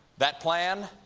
that plan?